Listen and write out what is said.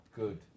good